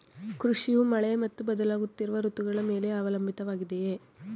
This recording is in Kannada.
ಕೃಷಿಯು ಮಳೆ ಮತ್ತು ಬದಲಾಗುತ್ತಿರುವ ಋತುಗಳ ಮೇಲೆ ಅವಲಂಬಿತವಾಗಿದೆ